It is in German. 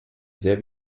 sehr